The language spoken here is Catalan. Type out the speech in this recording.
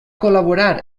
col·laborar